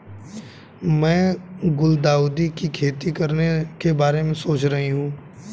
मैं गुलदाउदी की खेती करने के बारे में सोच रही हूं